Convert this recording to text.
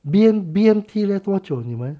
B_M~ B_M_T leh 多久你们